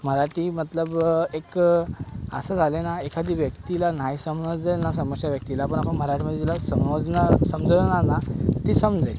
मराठी मतलब एक असं झालं आहे ना एखादी व्यक्तीला नाही समजेल ना समोरच्या व्यक्तीला पण आपण मराठीमध्ये तिला समजणार समजावणार ना ती समजेल